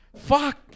Fuck